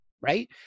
right